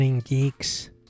Geeks